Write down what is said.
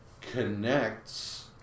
connects